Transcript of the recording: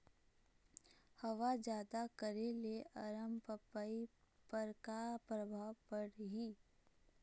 हवा जादा करे ले अरमपपई पर का परभाव पड़िही?